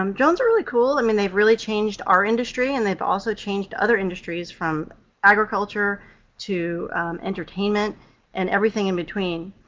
um drones are really cool. i mean, they've really changed our industry, and they've also changed other industries from agriculture to entertainment and everything in between,